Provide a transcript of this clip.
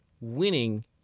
winning